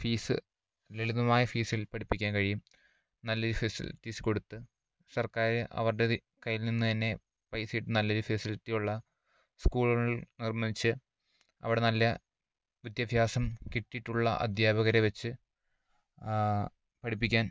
fees ലളിതമായ ഫീസിൽ പഠിപ്പിക്കാൻ കഴിയും നല്ലൊരു ഫെസിലിറ്റീസ് കൊടുത്ത് സർക്കാര് അവരുടെ ഇത് കയ്യിൽ നിന്ന് തന്നെ പൈസയിട്ട് നല്ലൊരു ഫെസിലിറ്റിയുള്ള സ്കൂള്കൾ നിർമ്മിച്ച് അവിടെ നല്ല വിദ്യാഭ്യാസം കിട്ടിയിട്ടുള്ള അധ്യാപകരെ വെച്ച് പഠിപ്പിക്കാൻ